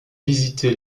visiter